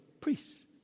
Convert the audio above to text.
priests